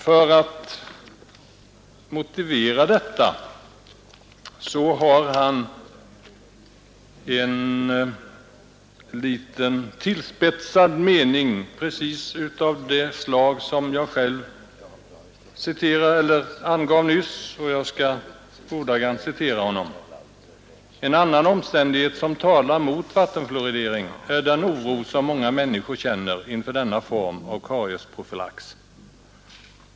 För att motivera detta använder han bl.a. en litet tillspetsad formulering, precis av det slag som jag själv angav nyss, och jag skall ordagrant citera honom: ”En annan omständighet som talar mot vattenfluoridering är den oro som många människor känner inför denna form av kariesprofylax.